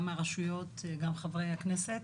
גם מהרשויות וגם חברי הכנסת.